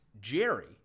Jerry